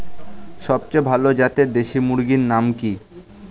সবচেয়ে ভালো জাতের দেশি মুরগির নাম কি?